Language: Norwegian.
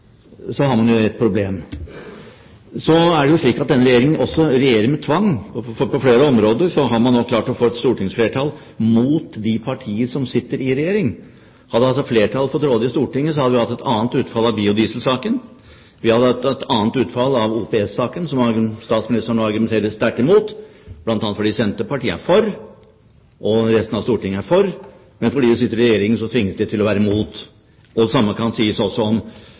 så har man et problem. Så er det slik at denne regjeringen regjerer med tvang, for på flere områder har man nå klart å få et stortingsflertall mot de partier som sitter i regjering. Hadde flertallet fått råde i Stortinget, så hadde vi hatt et annet utfall i biodieselsaken, vi hadde hatt et annet utfall i OPS-saken, som statsministeren nå argumenterer sterkt imot, bl.a. fordi Senterpartiet er for, og resten av Stortinget er for, men fordi de sitter i regjering, tvinges de til å være imot. Det samme kan også sies om